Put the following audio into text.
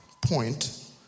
point